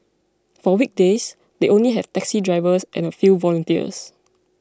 for weekdays they only have taxi drivers and a few volunteers